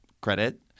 credit